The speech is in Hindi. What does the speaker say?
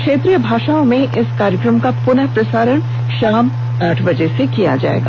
क्षेत्रीय भाषाओं में इस ै कार्यक्रम का पुनः प्रसारण शाम आठ बजे किया जाएगा